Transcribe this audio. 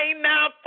now